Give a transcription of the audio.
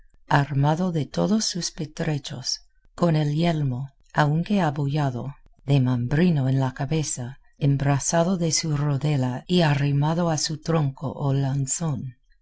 armado de todos sus pertrechos con el yelmo aunque abollado de mambrino en la cabeza embrazado de su rodela y arrimado a su tronco o lanzón